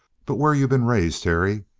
but where you been raised, terry?